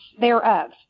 thereof